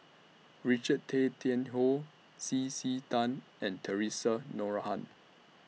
Richard Tay Tian Hoe C C Tan and Theresa Noronha